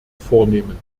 vornehmen